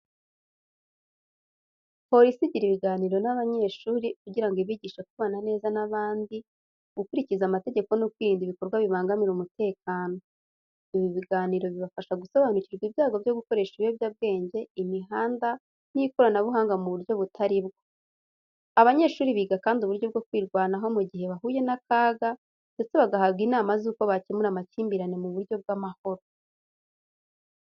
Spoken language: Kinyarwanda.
Polisi igira ibiganiro n’abanyeshuri kugira ngo ibigishe kubana neza n’abandi, gukurikiza amategeko no kwirinda ibikorwa bibangamira umutekano. Ibi biganiro bibafasha gusobanukirwa ibyago byo gukoresha ibiyobyabwenge, imihanda, n’ikoranabuhanga mu buryo butari bwo. Abanyeshuri biga kandi uburyo bwo kwirwanaho mu gihe bahuye n’akaga, ndetse bagahabwa inama z’uko bakemura amakimbirane mu buryo bw’amahoro.